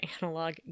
analog